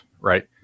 right